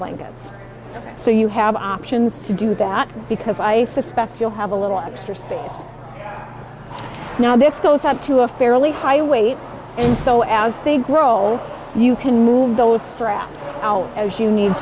blankets so you have options to do that because i suspect you'll have a little extra space now this goes up to a fairly high weight and so as they grow older you can move those straps out as you need